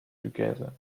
together